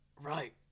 Right